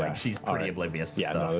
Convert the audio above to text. yeah she's pretty oblivious. yeah